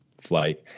flight